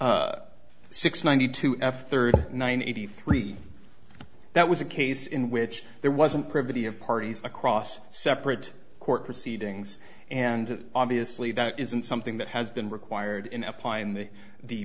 six ninety two f thirty nine eighty three that was a case in which there wasn't privy of parties across separate court proceedings and obviously that isn't something that has been required in applying the the